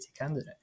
candidate